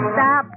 Stop